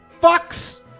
fucks